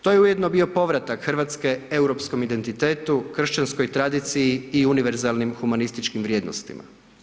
To je ujedno bio povratak Hrvatske europskom identitetu, kršćanskoj tradiciji i univerzalnim humanističkim vrijednostima.